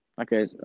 Okay